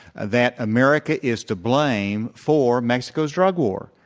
that america is to blame for mexico's drug war.